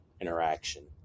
interaction